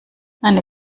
eine